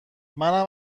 منم